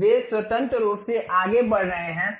वे स्वतंत्र रूप से आगे बढ़ रहे हैं